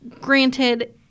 granted